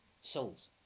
souls